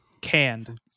Canned